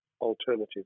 alternative